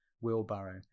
wheelbarrow